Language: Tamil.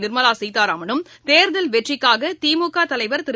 நிர்மலா சீதாராமனும் தேர்தல் வெற்றிக்காக திருக தலைவர் திரு